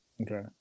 Okay